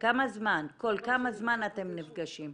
כל כמה זמן אתם נפגשים?